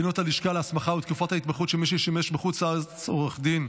(בחינות הלשכה להסמכה ותקופת ההתמחות של מי ששימש בחוץ לארץ עורך דין),